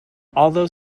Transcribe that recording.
although